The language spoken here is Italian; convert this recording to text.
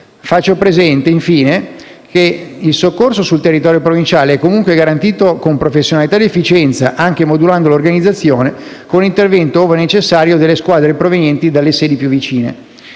Faccio presente, infine, che il soccorso sul territorio provinciale è comunque garantito con professionalità ed efficienza, anche modulando l'organizzazione con l'intervento, ove necessario, delle squadre provenienti dai territori più vicini.